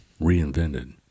Reinvented